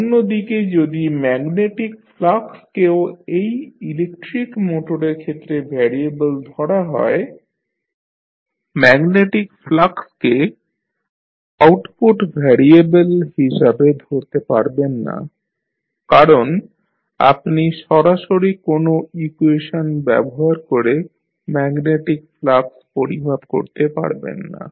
অন্যদিকে যদি magnetic flux কেও এই ইলেকট্রিক মোটরের ক্ষেত্রে ভ্যারিয়েবল ধরা হয় ম্যাগনেটিক ফ্লাক্স কে আউটপুট ভ্যারিয়েবেল হিসাবে ধরতে পারবেন না কারণ আপনি সরাসরি কোন ইকুয়েশন ব্যবহার করে ম্যাগনেটিক ফ্লাক্স পরিমাপ করতে পারবেন না